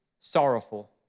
sorrowful